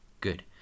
Good